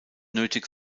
nötig